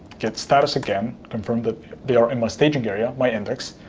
git status again, confirm that they are in my staging area, my index,